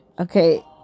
okay